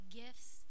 gifts